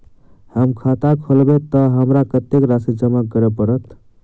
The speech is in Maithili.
हम खाता खोलेबै तऽ हमरा कत्तेक राशि जमा करऽ पड़त?